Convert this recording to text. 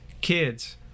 kids